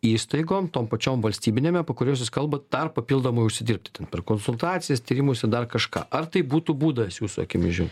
įstaigom tom pačiom valstybiniame po kurios jūs kalbat dar papildomai užsidirbti ten per konsultacijas tyrimus ir dar kažką ar tai būtų būdas jūsų akimis žiūn